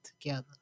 together